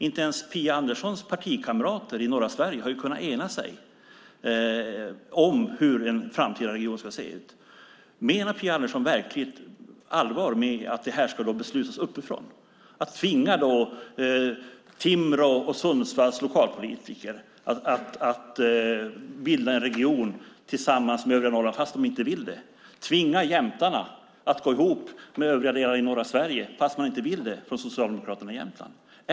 Inte ens Phia Anderssons partikamrater i norra Sverige har kunnat ena sig om hur en framtida region ska se ut. Menar Phia Andersson verkligen allvar med att det här ska beslutas uppifrån? Ska man tvinga Timrå och Sundsvalls lokalpolitiker att bilda en region tillsammans med övre Norrland fast de inte vill det? Ska man tvinga jämtarna att gå ihop med övriga delar av norra Sverige fast Socialdemokraterna i Jämtland inte vill det?